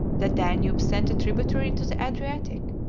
the danube sent a tributary to the adriatic,